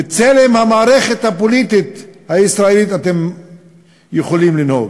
בצלם המערכת הפוליטית הישראלית אתם יכולים לנהוג.